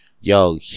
Yo